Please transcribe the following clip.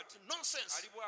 nonsense